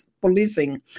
policing